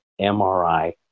MRI